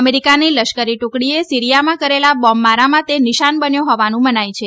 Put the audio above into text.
અમેરિકાની લશ્કરી ટુકડીએ સીરિયામાં કરેલા બોંબમારાનું તે નિશાન બન્યો હોવાનું મનાય છે